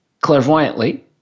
clairvoyantly